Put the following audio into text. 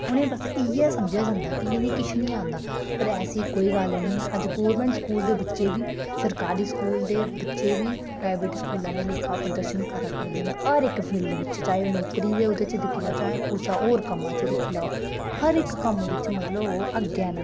उ'नें गी बस इ'यै समझेआ जंदा कि उ'नें गी किश निं औंदा पर ऐसी कोई गल्ल निं ऐ अजकल गौरमेंट स्कूल दे बच्चे बी सरकारी स्कूल दे बच्चे बी प्राइवेट स्कूल आह्ले लेखा गै प्रदर्शन करै करदे न हर इक फील्ड बिच चाहे नौकरी च दिक्खी लैओ चाहे कुसै होर कम्मै च दिक्खी लैओ हर इक कम्म बिच ओह् मतलब ओह् अग्गें न